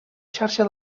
xarxa